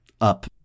up